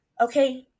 Okay